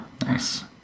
Nice